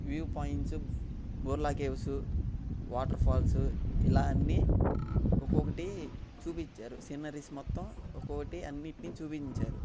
view points Borra caves water falls ఇలా అన్నీ ఒక్కొక్కటీ చూపిచ్చారు సీనరీస్ మొత్తం ఒక్కొటీ అన్నిటినీ చూపించారు